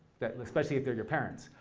especially if they're your parents,